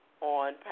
On